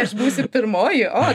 aš būsiu pirmoji o